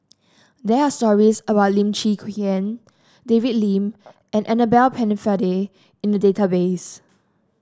there are stories about Lim Chwee David Lim and Annabel Pennefather in the database